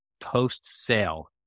post-sale